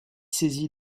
saisi